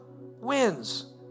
wins